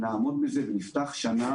נעמוד בזה ונפתח שנה.